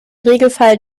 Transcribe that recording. regelfall